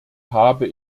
habe